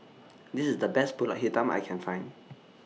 This IS The Best Pulut Hitam I Can Find